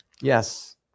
Yes